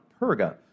Perga